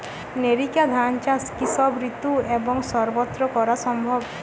NERICA ধান চাষ কি সব ঋতু এবং সবত্র করা সম্ভব?